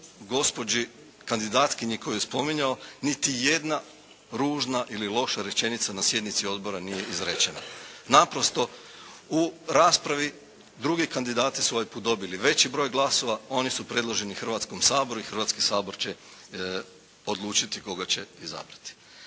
gospođi kandidatkinji koju je spominjao niti jedna ružna ili loša rečenica na sjednici Odbora nije izrečena. Naprosto u raspravi drugi kandidati su ovaj put dobili veći broj glasova. Oni su predloženi Hrvatskom saboru i Hrvatski sabor će odlučiti koga će izabrati.